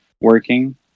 working